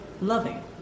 loving